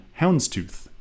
Houndstooth